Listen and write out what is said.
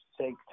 Take